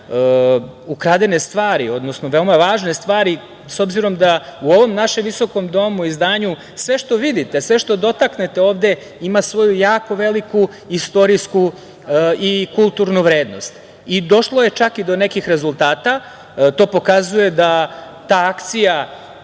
ukradene stvari, odnosno veoma važne stvari, s obzirom da u ovom našem visokom domu i zdanju sve što vidite, sve što dotaknete ovde, ima svoju jako veliku istorijsku i kulturnu vrednost. Došlo je čak i do nekih rezultata, što pokazuje da ta akcija